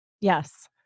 Yes